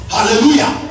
Hallelujah